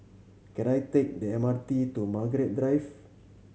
can I take the M R T to Margaret Drive